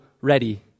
ready